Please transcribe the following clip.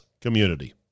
community